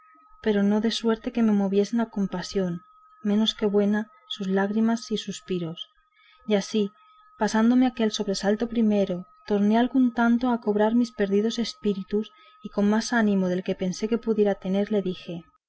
pero no de suerte que me moviesen a compasión menos que buena sus lágrimas y suspiros y así pasándoseme aquel sobresalto primero torné algún tanto a cobrar mis perdidos espíritus y con más ánimo del que pensé que pudiera tener le dije